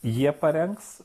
jie parengs